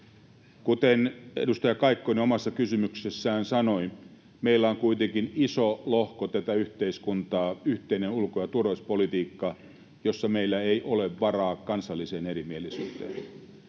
Kuten edustaja Kaikkonen omassa kysymyksessään sanoi, meillä on kuitenkin iso lohko tätä yhteiskuntaa, yhteinen ulko- ja turvallisuuspolitiikka, jossa meillä ei ole varaa kansalliseen erimielisyyteen.